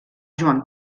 joan